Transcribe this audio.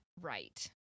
right